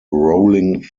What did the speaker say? rolling